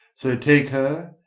so take her,